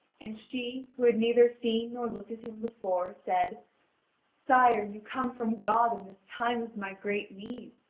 and she, who had neither seen nor looked at him before, said sire, you come from god in this time of my great need!